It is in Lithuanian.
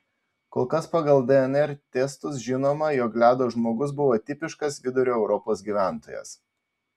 kol kas pagal dnr testus žinoma jog ledo žmogus buvo tipiškas vidurio europos gyventojas